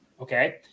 okay